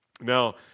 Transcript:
Now